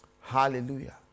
Hallelujah